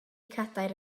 cadair